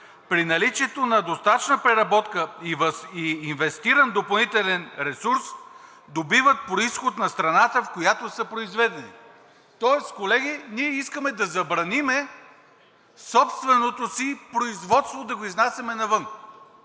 при наличието на достатъчна преработка и инвестиран допълнителен ресурс, добиват произход на страната, в която са произведени.“ Тоест, колеги, ние искаме да забраним собственото си производство да го изнасяме навън,